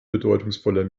bedeutungsvoller